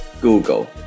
Google